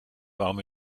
warum